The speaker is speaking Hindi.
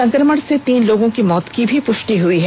संक्रमण से तीन लोगों की मौत की भी पुष्टि हुई है